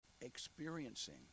experiencing